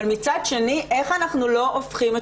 אבל מצד שני איך אנחנו לא הופכים את